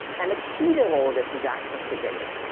and the key to all this is access to data.